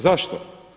Zašto?